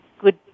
good